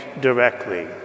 directly